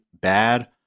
bad